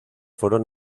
fueron